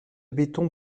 béton